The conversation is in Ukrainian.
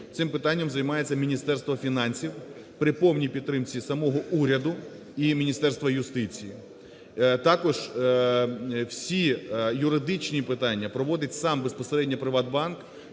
цим питанням займається Міністерство фінансів при повній підтримці самого уряду і Міністерства юстиції. Також всі юридичні питання проводить сам безпосередньо "ПриватБанк",